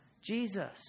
Jesus